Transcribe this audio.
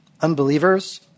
unbelievers